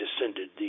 descended